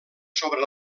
sobre